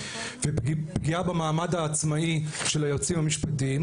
ופגיעה במעמד העצמאי של היועצים המשפטיים,